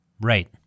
Right